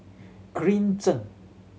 Green Zeng